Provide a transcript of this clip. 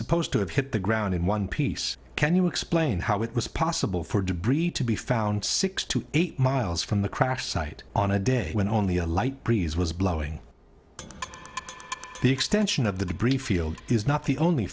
supposed to have hit the ground in one piece can you explain how it was possible for debris to be found six to eight miles from the crash site on a day when only a light breeze was blowing the extension of the debris field is not the only